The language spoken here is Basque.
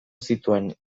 zituen